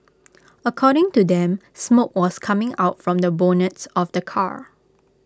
according to them smoke was coming out from the bonnets of the car